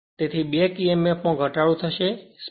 તેથી back Emf માં તેથી ઘટાડો થશે